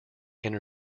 inner